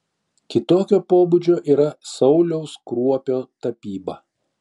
kitokio pobūdžio yra sauliaus kruopio tapyba